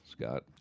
Scott